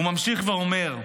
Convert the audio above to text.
הוא ממשיך ואומר: